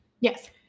Yes